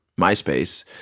MySpace